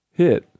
hit